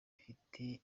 ifite